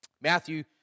Matthew